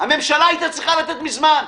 הממשלה הייתה צריכה לתת מזמן.